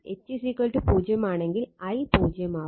H 0 ആണെങ്കിൽ I പൂജ്യം ആവും